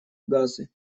газы